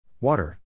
Water